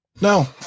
No